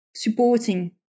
supporting